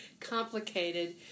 complicated